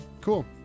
cool